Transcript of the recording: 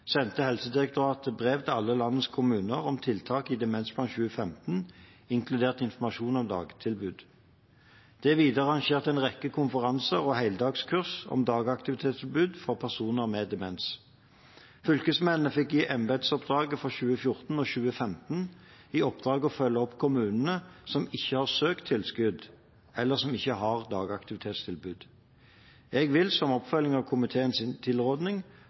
Helsedirektoratet brev til alle landets kommuner om tiltak i Demensplan 2015, inkludert informasjon om dagtilbud. Det er videre arrangert en rekke konferanser og heldagskurs om dagaktivitetstilbud for personer med demens. Fylkesmennene fikk i embetsoppdraget for 2014 og 2015 i oppdrag å følge opp kommunene som ikke har søkt tilskudd, eller som ikke har dagaktivitetstilbud. Jeg vil som oppfølging av komiteens